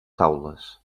taules